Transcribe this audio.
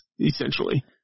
essentially